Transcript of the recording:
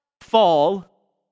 fall